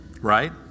Right